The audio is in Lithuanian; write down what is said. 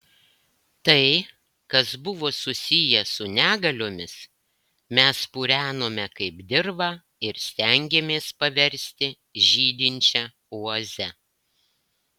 tai kas buvo susiję su negaliomis mes purenome kaip dirvą ir stengėmės paversti žydinčia oaze